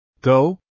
Go